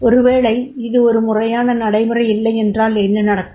ஒருவேளை இது ஒரு முறையான நடைமுறை இல்லையென்றால் என்ன நடக்கும்